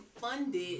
funded